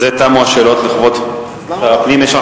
בזה תמו השאלות לכבוד שר הפנים.